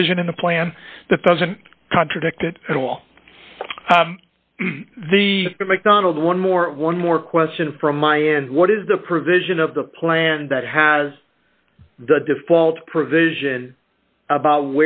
provision in the plan that doesn't contradict it at all the macdonald one more one more question from my end what is the provision of the plan that has default provision about